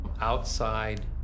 outside